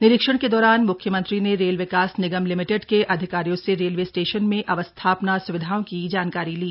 निरीक्षण के दौरान मुख्यमंत्री ने रेल विकास निगम लिमिटेड के अधिकारियों से रेलवे स्टेशन में अवस्थापना स्विधाओं की जानकारी ली